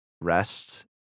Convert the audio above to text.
Rest